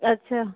अच्छा